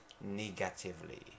negatively